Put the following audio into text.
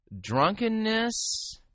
drunkenness